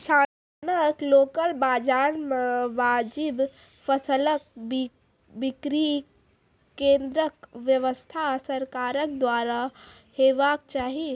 किसानक लोकल बाजार मे वाजिब फसलक बिक्री केन्द्रक व्यवस्था सरकारक द्वारा हेवाक चाही?